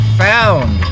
found